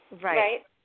Right